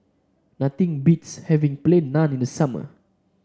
nothing beats having Plain Naan in the summer